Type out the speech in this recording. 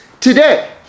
today